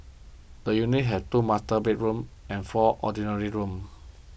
the unit had two master bedrooms and four ordinary rooms